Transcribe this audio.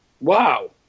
Wow